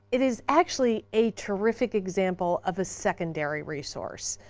it is actually a terrific example of a secondary resource.